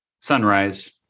sunrise